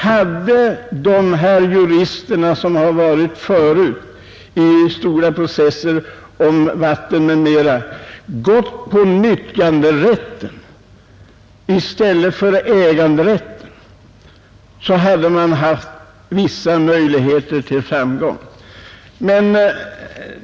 Hade de jurister som tidigare agerat i stora processer om vatten m.m. gått på nyttjanderätten i stället för äganderätten, så hade man haft vissa möjligheter till framgång.